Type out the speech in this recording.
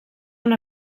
una